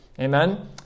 amen